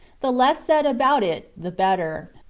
the less said about it the better.